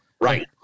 Right